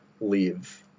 leave